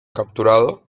capturado